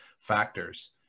factors